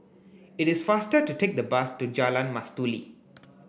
it is faster to take the bus to Jalan Mastuli